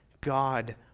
God